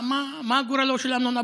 מה גורלו של אמנון אברמוביץ'